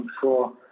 sure